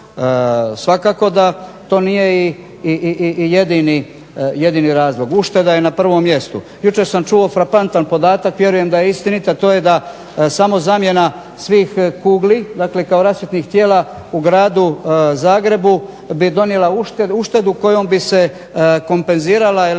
Svakako da to nije i jedini razlog. Ušteda je na prvom mjestu. Jučer sam čuo frapantan podatak, vjerujem da je istinit, a to je da samo zamjena svih kugli dakle kao rasvjetnih tijela u gradu Zagrebu bi donijela uštedu kojom bi se kompenzirala električna